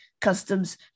customs